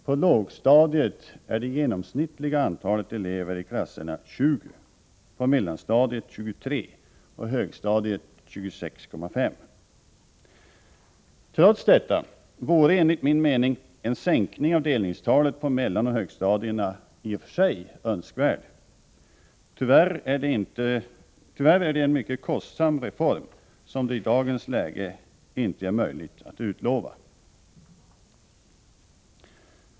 På lågstadiet är det genomsnittliga antalet elever i klasserna 20, på mellanstadiet är det 23 och på högstadiet 26,5. Trots detta vore enligt min mening en sänkning av delningstalet på mellanoch högstadierna i och för sig önskvärd. Tyvärr är det en mycket kostsam reform som det i dagens läge inte är möjligt att utlova.